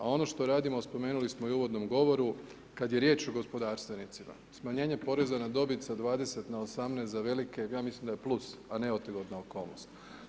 A ono što radimo spomenuli smo i u uvodnom govoru, kada je riječ o gospodarstvenicima, smanjenje poreza na dobit sa 20 na 18 za velike, ja mislim da je plus, a ne otegotna okolnost.